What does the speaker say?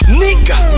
nigga